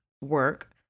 work